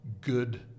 good